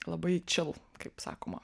labai čil kaip sakoma